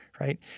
right